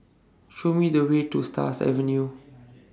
Show Me The Way to Stars Avenue